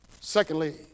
Secondly